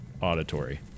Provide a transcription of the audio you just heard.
auditory